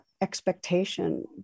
expectation